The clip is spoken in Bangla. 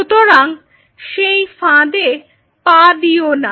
সুতরাং সেই ফাঁদে পা দিও না